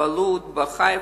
בלוד, בחיפה,